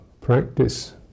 practice